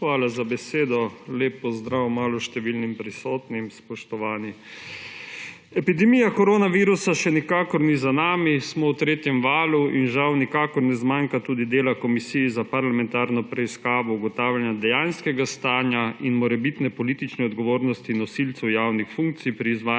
Hvala za besedo. Lep pozdrav maloštevilnim prisotnim! Spoštovani! Epidemija koronavirusa nikakor še ni za nami, smo v tretjem valu in žal nikakor ne zmanjka dela tudi komisiji za parlamentarno preiskavo, ugotavljanje dejanskega stanja in morebitne politične odgovornosti nosilcev javnih funkcij pri izvajanju